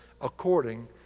according